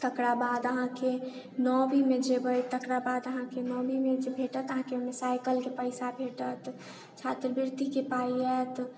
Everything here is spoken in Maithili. तकरा बाद अहाँके नौमीमे जेबै तकरा बाद अहाँके नौमीमे भेटत अहाँके साइकिलके पइसा भेटत छात्रवृतिके पाइ आएत